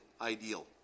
ideal